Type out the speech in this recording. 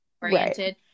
oriented